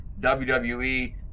WWE